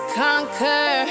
conquer